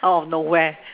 out of nowhere